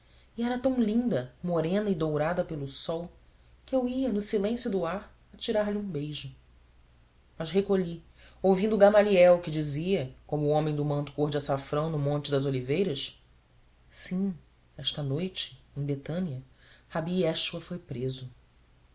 e era tão linda morena e dourada pelo sol que eu ia no silêncio do ar atirar-lhe um beijo mas recolhi ouvindo gamaliel que dizia como o homem do manto cor de açafrão no monte das oliveiras sim esta noite em betânia rabi jeschoua foi preso